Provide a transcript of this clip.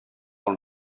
dans